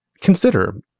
consider